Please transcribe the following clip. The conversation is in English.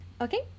Okay